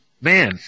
man